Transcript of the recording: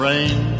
Rain